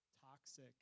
toxic